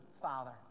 father